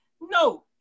No